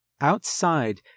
Outside